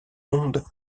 monde